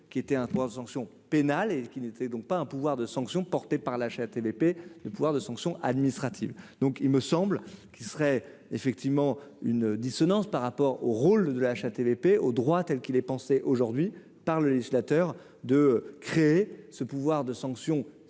qui était un prof sanctions pénales et qu'il n'était donc pas un pouvoir de sanction, porté par la HATVP de pouvoir de sanction administrative, donc il me semble qu'il serait effectivement une dissonance par rapport au rôle de la HATVP au droit telle qu'il ait pensé aujourd'hui par le législateur de créer ce pouvoir de sanction